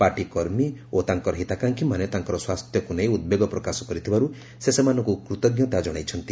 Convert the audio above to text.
party କର୍ମୀ ଓ ତାଙ୍କର ହିତାକାଂକ୍ଷିମାନେ ତାଙ୍କର ସ୍ୱାସ୍ଥ୍ୟକୁ ନେଇ ଉଦ୍ବେଗ ପ୍ରକାଶ କରିଥିବାରୁ ସେ ସେମାନଙ୍କୁ କୃତଜ୍ଞତା ଜଣାଇଛନ୍ତି